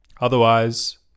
Otherwise